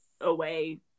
away